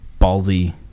ballsy